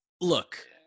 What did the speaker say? look